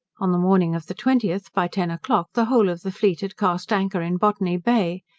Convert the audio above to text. on the morning of the twentieth, by ten o'clock, the whole of the fleet had cast anchor in botany bay,